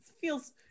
feels